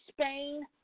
Spain